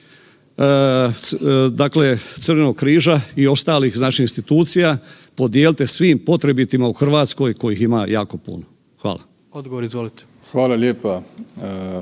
dakle Crvenog križa i ostalih znači institucijama podijelite svim potrebitima u Hrvatskoj kojih ima jako puno. Hvala. **Plenković, Andrej (HDZ)** Hvala lijepa